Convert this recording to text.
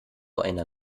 einer